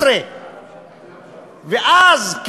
ואז,